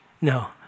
No